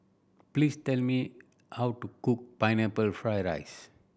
please tell me how to cook Pineapple Fried rice